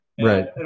right